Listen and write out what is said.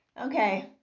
Okay